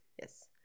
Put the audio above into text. Yes